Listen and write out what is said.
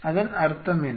அதன் அர்த்தம் என்ன